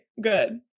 good